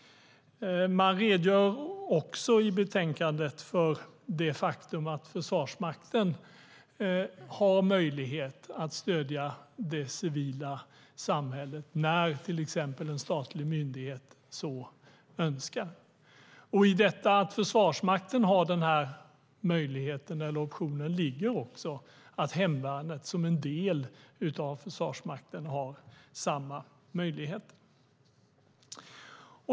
Man redogör också i betänkandet för det faktum att Försvarsmakten har möjlighet att stödja det civila samhället när till exempel en statlig myndighet så önskar. I detta att Försvarsmakten har denna möjlighet, eller option, ligger också att hemvärnet som en del av Försvarsmakten har samma möjlighet.